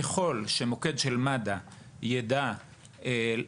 ככל שמוקד של מד"א יידע